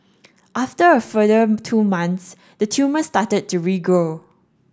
after a further two months the tumour started to regrow